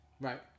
Right